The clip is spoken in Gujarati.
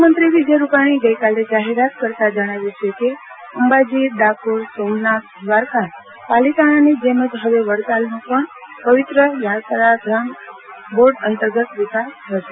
મુખ્યમંત્રી વિજય રુપાશ્ચીએ ગઇકાલે જાહેરાત કરતા જણાવ્યું છે કે અંબાજી ડાકોર સોમનાથ દ્વારકા પાલિતાજ્ઞાની જેમ હવે વડતાલનો પજ્ઞ પવિત્ર યાત્રાધામ બોર્ડ અતંર્ગત વિકાસ થશે